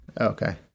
Okay